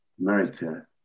America